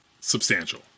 substantial